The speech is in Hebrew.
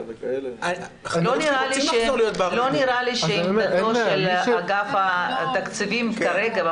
זה בדיוק ה --- לא נראה לי שעמדתו של אגף התקציבים כרגע,